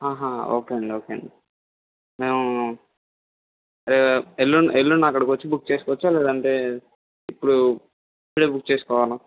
okay అండి okay అండి మేము ఎల్లుండి ఎల్లుండి అక్కడికి వచ్చి బుక్ చేసుకోవచ్చా లేదంటే ఇప్పుడు ఇప్పుడే బుక్ చేసుకోవాలా